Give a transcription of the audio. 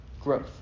growth